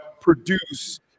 produce